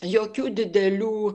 jokių didelių